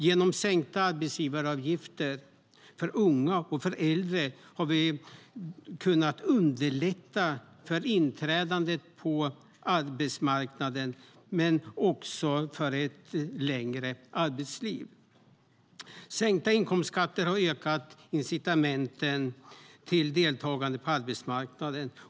Genom sänkta arbetsgivaravgifter för unga och för äldre har vi kunnat underlätta för inträdet på arbetsmarknaden men också för ett längre arbetsliv. Sänkta inkomstskatter har ökat incitamenten till deltagande på arbetsmarknaden.